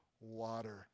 water